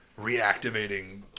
reactivating